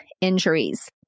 injuries